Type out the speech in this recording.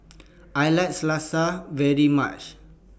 I like Salsa very much